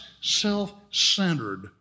self-centered